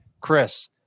Chris